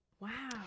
Wow